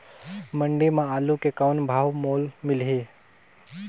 मंडी म आलू के कौन भाव मोल मिलही?